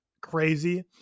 crazy